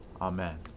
Amen